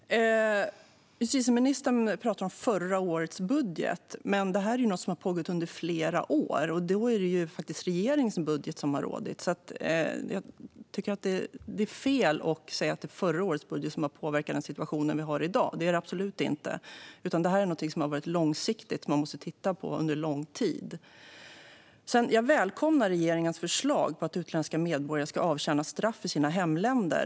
Fru ålderspresident! Justitieministern pratar om förra årets budget, men det här är ju någonting som har pågått under flera år. Då är det faktiskt regeringens budget som har rått. Därför tycker jag att det är fel att säga att det är förra årets budget som har påverkat den situation vi har i dag. Det är det absolut inte. Detta är någonting som har varit långsiktigt. Man måste titta på det under lång tid. Jag välkomnar regeringens förslag att utländska medborgare ska avtjäna straff i sina hemländer.